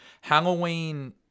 Halloween